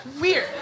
Weird